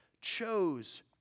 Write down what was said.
chose